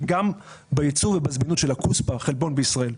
גם בייצור ובזמינות של הכוספא והחלבון בישראל.